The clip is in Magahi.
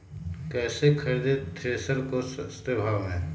कैसे खरीदे थ्रेसर को सस्ते भाव में?